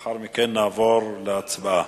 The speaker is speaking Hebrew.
לאחר מכן נעבור להצבעה.